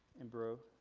and bro,